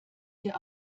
hier